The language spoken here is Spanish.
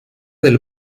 del